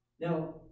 Now